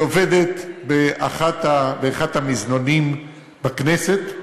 היא עובדת באחד המזנונים בכנסת.